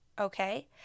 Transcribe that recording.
Okay